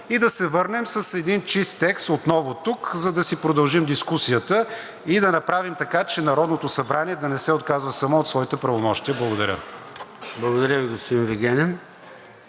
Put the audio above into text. и да се върнем с един чист текст отново тук, за да си продължим дискусията и да направим така, че Народното събрание да не се отказва самò от своите правомощия. Благодаря. ПРЕДСЕДАТЕЛ ЙОРДАН ЦОНЕВ: